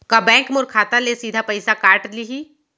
का बैंक मोर खाता ले सीधा पइसा काट लिही?